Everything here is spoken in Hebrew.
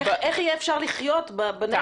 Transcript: איך יהיה אפשר לחיות בנגב?